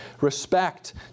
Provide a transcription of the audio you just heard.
respect